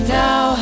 now